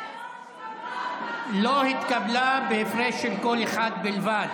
לא התקבלה בהפרש של קול אחד בלבד.